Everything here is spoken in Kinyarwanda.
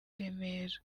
remera